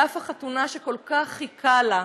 על אף החתונה שכל כך חיכה לה,